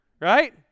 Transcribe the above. right